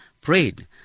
prayed